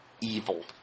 evil